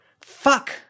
Fuck